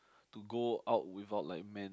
to go out without like man